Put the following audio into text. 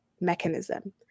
mechanism